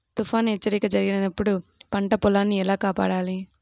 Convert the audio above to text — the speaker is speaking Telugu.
తుఫాను హెచ్చరిక జరిపినప్పుడు పంట పొలాన్ని ఎలా కాపాడాలి?